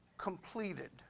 Completed